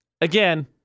again